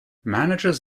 managers